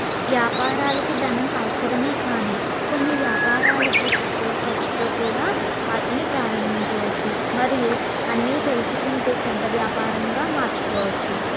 వ్యాపారాలకి ధనం అవసరమే కానీ కొన్ని వ్యాపారాలకి తక్కువ ఖర్చుతో కూడా వాటిని ప్రారంభించవచ్చు మరియు అన్నీ తెలుసుకుంటూ పెద్ద వ్యాపారంగా మార్చుకోవచ్చు